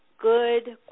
good